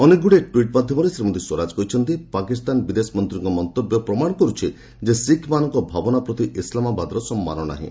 ଅନେକଗୁଡ଼ିଏ ଟ୍ପିଟ୍ ମାଧ୍ୟମରେ ଶ୍ରୀମତୀ ସ୍ୱରାଜ କହିଛନ୍ତି ପାକିସ୍ତାନ ବିଦେଶମନ୍ତ୍ରୀଙ୍କ ମନ୍ତବ୍ୟ ପ୍ରମାଣ କରୁଛି ଯେ ଶିଖ୍ମାନଙ୍କ ଭାବନା ପ୍ରତି ଇସ୍ଲାମାବାଦର ସମ୍ମାନ ନାହିଁ